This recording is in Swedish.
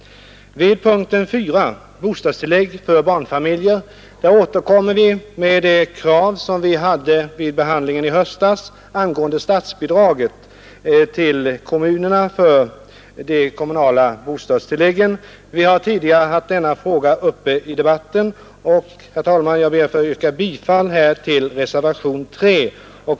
Vid punkten 4, bostadstillägg för barnfamiljer, m.m., återkommer vi med de krav vi hade vid behandlingen i höstas av statsbidraget till kommunerna för de kommunala bostadstilläggen. Vi har tidigare haft denna fråga uppe i debatten och jag ber, herr talman, att få yrka bifall till reservationen 3.